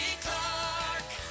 Clark